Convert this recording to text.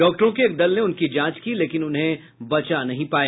डॉक्टरों के एक दल ने उनकी जांच की लेकिन उन्हें बचा नहीं पाए